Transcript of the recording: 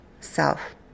self